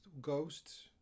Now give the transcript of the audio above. ghosts